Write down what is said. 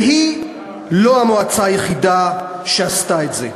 והיא לא המועצה היחידה שעשתה את זה.